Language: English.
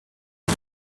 say